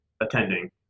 attending